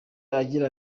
agira